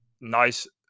nice